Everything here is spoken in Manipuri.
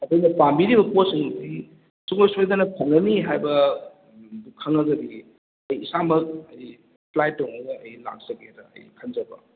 ꯑꯩꯈꯣꯏꯅ ꯄꯥꯝꯕꯤꯔꯤꯕ ꯄꯣꯠꯁꯤꯡ ꯑꯁꯤ ꯁꯨꯡꯁꯣꯏ ꯁꯣꯏꯗꯅ ꯐꯪꯒꯅꯤ ꯍꯥꯏꯕ ꯈꯪꯂꯒꯗꯤ ꯑꯩ ꯏꯁꯥꯃꯛ ꯑꯩ ꯐ꯭ꯂꯥꯏꯠ ꯇꯣꯡꯉꯒ ꯑꯩ ꯂꯥꯛꯆꯒꯦꯅ ꯑꯩ ꯈꯟꯖꯕ